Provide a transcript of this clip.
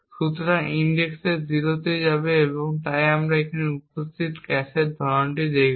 সুতরাং ইনডেক্স 0 এ যাবে এবং আমরা এখানে উপস্থিত ক্যাশের ধরনটি দেখব